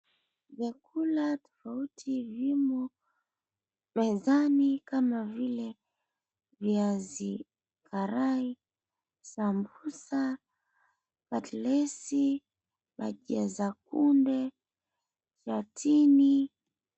Vyakula tofauti vimo mezani kama vile viazi karai, sambusa, katlesi, bajia za kunde, ratimi.